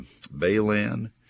bayland